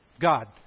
God